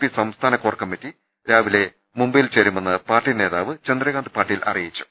P സംസ്ഥാന core committee രാവിലെ മുംബൈയിൽ ചേരു മെന്ന് പാർട്ടി നേതാവ് ചന്ത്രകാന്ത് പാട്ടീൽ അറിയിച്ചു